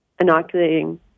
inoculating